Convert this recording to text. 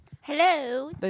Hello